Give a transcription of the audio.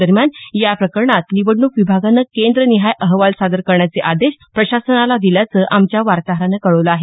दरम्यान या प्रकरणात निवडणूक विभागानं केंद्र निहाय अहवाल सादर करण्याचे आदेश प्रशासनाला दिल्याचं आमच्या वार्ताहरानं कळवलं आहे